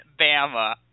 Bama